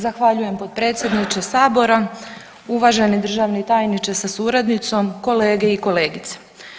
Zahvaljujem potpredsjedniče Sabora, uvaženi državni tajniče sa suradnicom, kolege i kolegice.